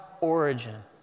origin